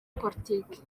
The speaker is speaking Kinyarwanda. politiki